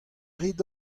rit